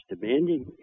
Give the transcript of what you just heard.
demanding